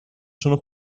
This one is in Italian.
sono